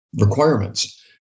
requirements